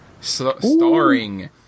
starring